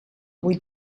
avui